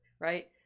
right